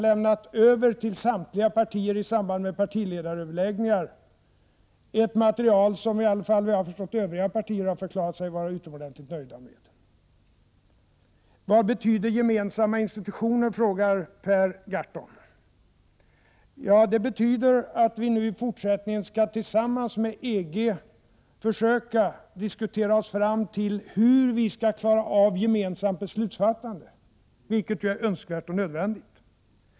Vi har för inte så länge sedan i samband med partiledaröverläggningar lämnat över ett material som, såvitt jag förstår, övriga partier i varje fall förklarat sig vara utomordentligt nöjda med. Per Gahrton frågar vad uttrycket gemensamma institutioner betyder. Det betyder att vi nu i fortsättningen tillsammans med EG skall försöka diskutera oss fram till hur vi skal! klara av gemensamt beslutsfattande, vilket ju är önskvärt och nödvändigt.